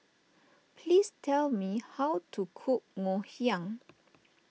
please tell me how to cook Ngoh Hiang